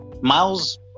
Miles